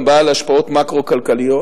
גם בעל השפעות מקרו-כלכליות,